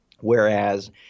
Whereas